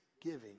giving